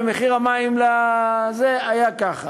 ומחיר המים לזה היה ככה.